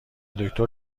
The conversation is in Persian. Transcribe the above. دکتر